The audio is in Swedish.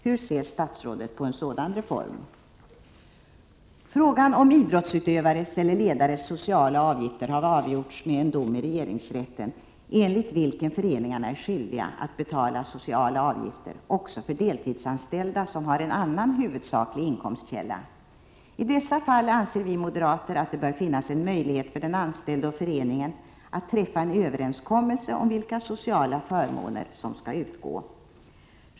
Hur ser statsrådet på en sådan reform? Frågan om idrottsutövares eller ledares sociala avgifter har avgjorts med en dom i regeringsrätten, enligt vilken föreningarna är skyldiga att betala sociala avgifter också för deltidsanställda som har en annan huvudsaklig inkomstkälla. I dessa fall anser vi moderater att det bör finnas en möjlighet för den anställde och föreningen att träffa en överenskommelse om vilka sociala förmåner som skall utgå.